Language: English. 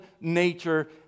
nature